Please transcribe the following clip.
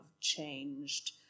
changed